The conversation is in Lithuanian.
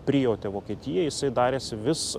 prijautė vokietijai jisai darėsi vis